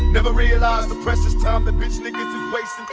never realize the precious time the bitch niggas